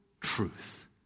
truth